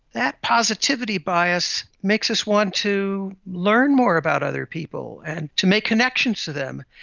that positivity bias makes us want to learn more about other people and to make connections to them.